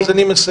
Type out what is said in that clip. אז אני מסיים.